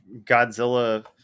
Godzilla